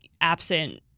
absent